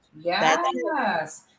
yes